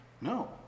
No